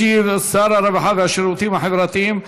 ישיב שר הרווחה והשירותים החברתיים,